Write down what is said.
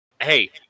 hey